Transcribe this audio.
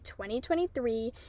2023